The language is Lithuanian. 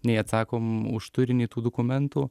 nei atsakom už turinį tų dokumentų